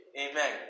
Amen